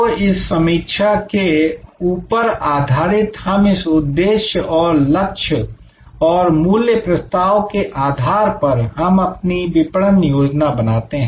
तो इस समीक्षा के समूचे ऊपर आधारित हम इस उद्देश्य और लक्ष्य और मूल्य प्रस्ताव के आधार पर हम अपनी विपणन योजना बनाते हैं